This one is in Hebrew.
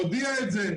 הודיע את זה.